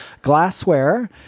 Glassware